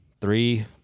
three